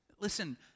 Listen